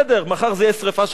מחר זה יהיה שרפה של מכוניות,